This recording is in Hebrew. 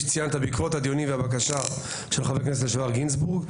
שציינת בעקבות הדיונים והבקשה של חבר הכנסת לשעבר גינזבורג,